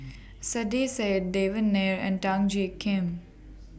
Saiedah Said Devan Nair and Dan Jiak Kim